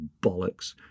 bollocks